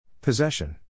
Possession